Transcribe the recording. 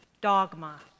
dogma